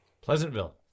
Pleasantville